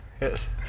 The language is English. Yes